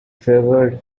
favoured